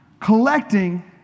collecting